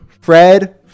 Fred